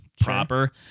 proper